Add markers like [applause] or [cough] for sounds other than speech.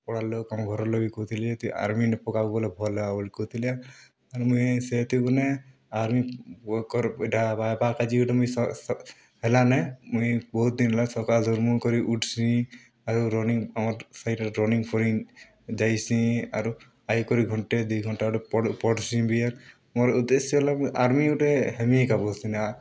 ପଡ଼ାର୍ ଲୋକ୍ ଆମର୍ ଘରର୍ ଲୋକ୍ ବି କହୁଥିଲେ ତୁଇ ଆର୍ମିନେ ପକାବୁ ବେଲେ ଭଲ୍ ହେବା ବୋଲି କହୁଥିଲେ ଆର୍ ମୁଇଁ ସେଥିଗୁନେ ଆର୍ମି [unintelligible] ଇ'ଟା ପାଏବାର୍ କା'ଯେ ଇ'ଟା ମୁଇଁ ହେଲାନେ ମୁଇଁ ବହୁତ୍ ଦିନ୍ ହେଲାନେ ସକାଲର୍ ମୁହଁ କରି ଉଠ୍ସିଁ ଆଉ ରନିଙ୍ଗ୍ ଆମର୍ ସାଇଡ଼୍ ଆଡ଼େ ଫେର୍ ରନିଙ୍ଗ୍ ଫନିଙ୍ଗ୍ ଦେସିଁ ଆରୁ ଆଗେ କରି ଘଣ୍ଟେ ଦୁଇ ଘଣ୍ଟା ଆଡ଼ୁ ପଢ଼୍ ପଢ଼ସିଁ ବି ଇଏ ମୋର୍ ଉଦ୍ଦେଶ୍ୟ ହେଲା ମୁଇଁ ଆର୍ମି ଗୁଟେ ହେମି ଏକା ବଲ୍ସି ନା